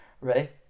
right